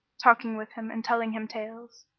talking with him and telling him tales.